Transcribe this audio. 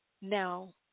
now